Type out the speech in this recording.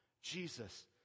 Jesus